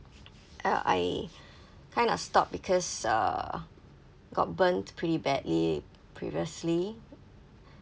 uh I kind of stopped because uh got burned pretty badly previously